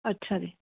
ਅੱਛਾ ਜੀ